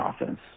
offense